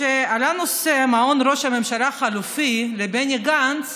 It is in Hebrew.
כשעלה נושא מעון ראש הממשלה החלופי לבני גנץ